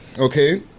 okay